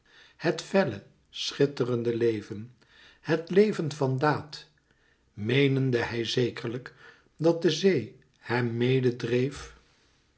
het felle schitterende leven het leven van daad meenende hij zekerlijk dat de zee hem mede dreef